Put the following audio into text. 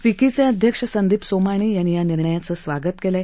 फिक्कीचे अध्यक्ष संदीप सोमानी यांनी या निर्णयाचं स्वागत केलं आहे